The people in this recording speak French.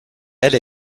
elle